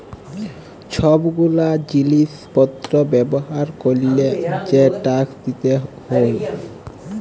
সব গুলা জিলিস পত্র ব্যবহার ক্যরলে যে ট্যাক্স দিতে হউ